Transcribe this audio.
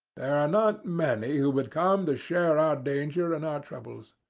there are not many who would come to share our danger and our troubles.